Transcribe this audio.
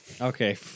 Okay